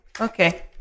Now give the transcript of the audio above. Okay